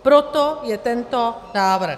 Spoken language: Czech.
Proto je tento návrh.